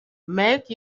make